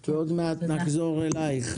כי עוד מעט נחזור אלייך.